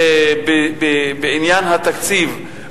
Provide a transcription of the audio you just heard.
בעניין התקציב,